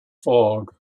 fog